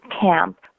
camp